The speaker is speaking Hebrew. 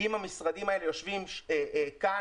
אם המשרדים האלה יושבים כאן,